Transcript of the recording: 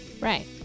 Right